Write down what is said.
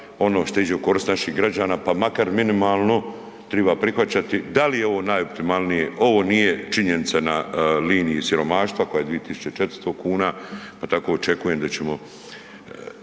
ono što iđe u korist naših građana, pa makar minimalno triba prihvaćati. Da li je ovo najoptimalnije, ovo nije činjenica na liniji siromaštva koja je 2.400 kuna, pa tako očekujem da ćemo,